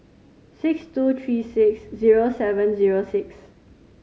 six two three six zero seven zero six